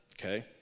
Okay